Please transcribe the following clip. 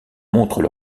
montrent